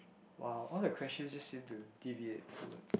!wow! all the questions seem to deviate towards